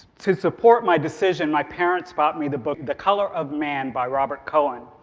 to support my decision, my parents bought me the book the color of man, by robert cohen.